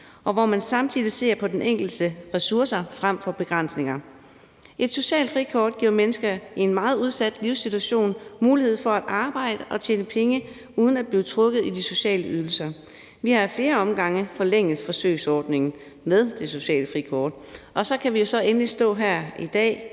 og man må se på den enkeltes ressourcer frem for begrænsninger. Et socialt frikort giver mennesker i en meget udsat livssituation mulighed for at arbejde og tjene penge uden at blive trukket i de sociale ydelser. Vi har ad flere omgange forlænget forsøgsordningen med det sociale frikort. Og så kan vi endelig, et enigt